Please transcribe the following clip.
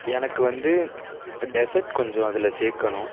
எனக்கு வந்து டெசர்ட் கொஞ்சம் அதில் சேர்க்கணும்